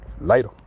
Later